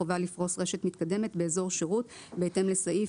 חובה לפרוס רשת מתקדמת באזור שירות בהתאם לסעיף